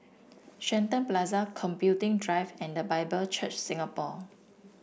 Shenton Plaza Computing Drive and The Bible Church Singapore